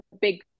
big